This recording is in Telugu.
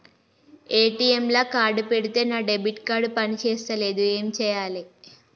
ఏ.టి.ఎమ్ లా కార్డ్ పెడితే నా డెబిట్ కార్డ్ పని చేస్తలేదు ఏం చేయాలే?